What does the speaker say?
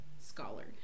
scholar